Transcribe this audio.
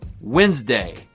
Wednesday